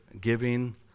giving